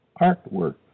artwork